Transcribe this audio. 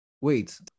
wait